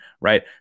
right